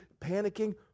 Panicking